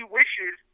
wishes